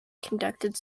conducted